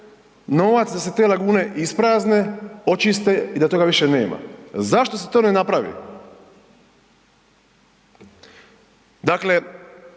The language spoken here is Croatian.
novac da se te lagune isprazne, očiste i da toga više nema. Zašto se to ne napravi? Dakle,